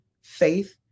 faith